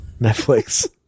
netflix